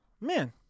man